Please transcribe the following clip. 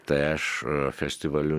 tai aš festivaliu